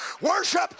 worship